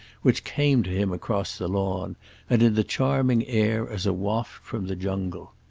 which came to him across the lawn and in the charming air as a waft from the jungle.